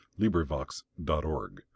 LibriVox.org